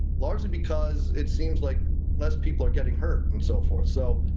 largely because it seems like less people are getting hurt and so forth so.